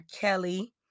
Kelly